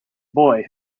boy